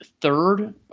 third